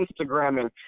Instagramming